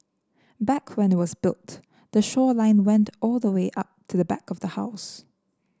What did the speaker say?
back when it was built the shoreline went all the way up to the back of the house